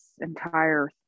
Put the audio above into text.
entire